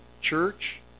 church